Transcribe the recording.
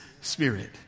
spirit